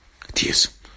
tears